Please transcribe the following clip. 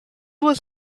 was